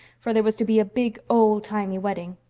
for there was to be a big, old-timey wedding.